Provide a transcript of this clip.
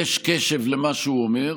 יש קשב למה שהוא אומר,